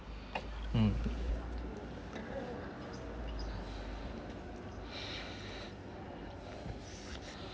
mm